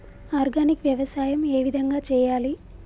Organic వ్యవసాయం ఏ విధంగా చేయాలి?